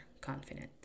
confident